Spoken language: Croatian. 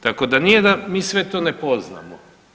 Tako da nije da mi sve to ne poznamo.